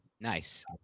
Nice